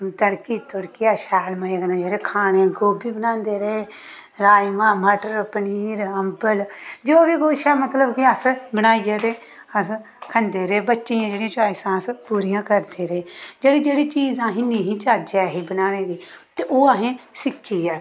तड़की तड़कोइयै शैल मजे कन्नै जेह्डे़ खाने गोभी बनांदे रेह् राजमांह् मटर पनीर अंबल जेह्ड़ा बी कोई अच्छा मतलब अस बनाइयै अस खंदे रेह् बच्चें दी जेह्ड़ी च्वाइस अस पूरियां करदे रेह् जेह्ड़ी जेह्ड़ी चीज असें गी नेईं हा चज्ज ऐ हा बनाने दी तो ओह् असें सिक्खी ऐ